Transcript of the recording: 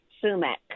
sumac